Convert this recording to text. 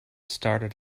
started